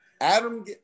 Adam